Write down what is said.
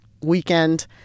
weekend